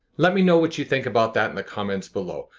let me know what you think about that in the comments below.